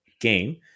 game